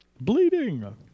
Bleeding